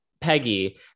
Peggy